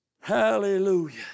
Hallelujah